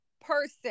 person